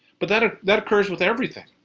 but that ah that occurs with everything.